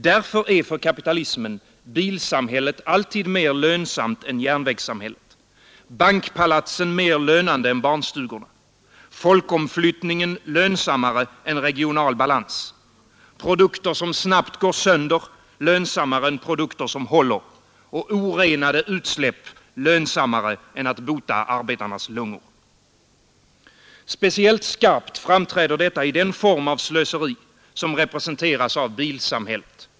Därför är för kapitalismen bilsamhället alltid mer lönsamt än järnvägssamhället, bankpalatsen mer lönande än barnstugorna, folkomflyttningen lönsammare än regional balans, produkter som snabbt går sönder lönsammare än produkter som håller och orenade utsläpp lönsammare än att bota arbetarnas lungor. Speciellt skarpt framträder detta i den form av slöseri som representeras av bilsamhället.